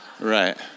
Right